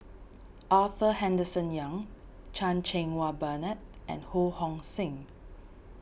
Arthur Henderson Young Chan Cheng Wah Bernard and Ho Hong Sing